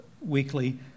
weekly